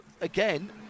again